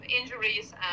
injuries